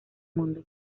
mundo